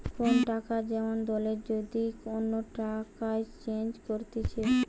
কোন টাকা যেমন দলের যদি অন্য টাকায় চেঞ্জ করতিছে